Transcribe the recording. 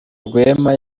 rwema